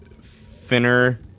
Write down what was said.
thinner